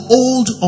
old